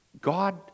God